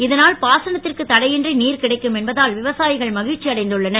இதஞல் பாசனத்திற்கு தடையின்றி நீர் கிடைக்கும் என்பதால் விவசாயிகள் மிழ்ச்சி அடைந்துள்ளனர்